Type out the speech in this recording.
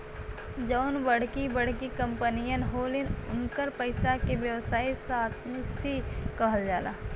जउन बड़की बड़की कंपमीअन होलिन, उन्कर पइसा के व्यवसायी साशी कहल जाला